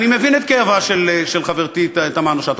אני מבין את כאבה של חברתי תמנו-שטה,